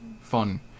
fun